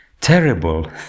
terrible